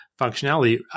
functionality